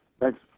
Thanks